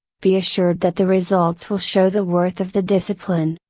be assured that the results will show the worth of the discipline.